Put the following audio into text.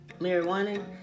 marijuana